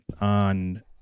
on